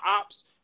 ops